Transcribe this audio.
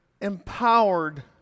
empowered